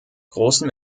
großem